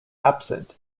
absent